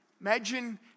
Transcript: Imagine